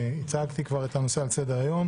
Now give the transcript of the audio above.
הצגתי כבר את הנושא על סדר-היום.